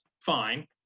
fine